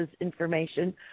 information